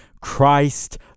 Christ